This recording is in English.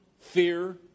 fear